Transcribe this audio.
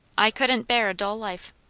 i couldn't bear a dull life!